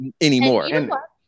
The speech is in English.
anymore